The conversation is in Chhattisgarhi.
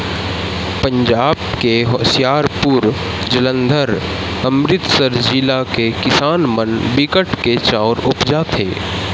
पंजाब के होसियारपुर, जालंधर, अमरितसर जिला के किसान मन बिकट के चाँउर उपजाथें